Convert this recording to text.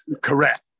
Correct